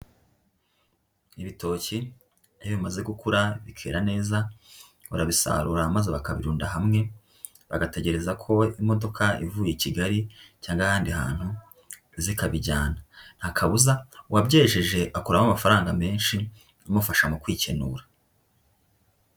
Ibitoki iyo bimaze gukura bikera neza barabisarura maze bakabirunda hamwe bagategereza ko imodoka ivuye i Kigali cyangwa ahandi hantu iza ikabijyana, nta kabuza uwabyesheje akuramo amafaranga menshi amufasha mu kwikenura.